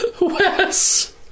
Wes